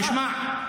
תשמע,